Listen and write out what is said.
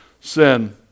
sin